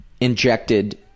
injected